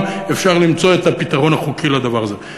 אפשר למצוא את הפתרון החוקי לדבר הזה.